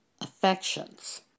affections